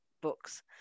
books